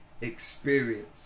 experience